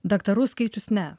daktarų skaičius ne